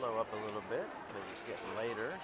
slow up a little bit later